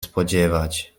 spodziewać